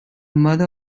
mother